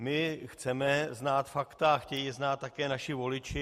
My chceme znát fakta, chtějí je znát také naši voliči.